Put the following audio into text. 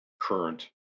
current